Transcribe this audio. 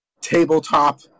tabletop